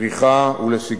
לפריחה ולשגשוג.